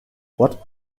what